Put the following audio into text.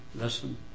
listen